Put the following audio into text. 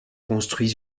construits